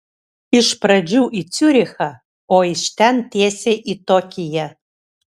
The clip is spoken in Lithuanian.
iš pradžių į ciurichą o iš ten tiesiai į tokiją